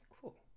cool